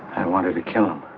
i want to be killed.